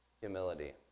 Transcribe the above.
humility